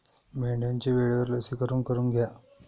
मेंढ्यांचे वेळेवर लसीकरण करून घ्या